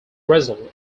result